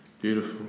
beautiful